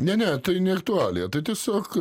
ne ne tai ne aktualija tai tiesiog